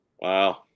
Wow